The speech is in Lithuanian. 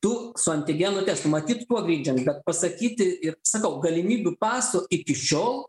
tu su antigenų testu matyt kuo grindžiant bet pasakyti ir sakau galimybių paso iki šiol